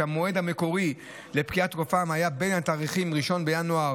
המועד המקורי לפקיעת תוקפם היה בין התאריכים 1 בינואר